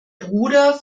bruder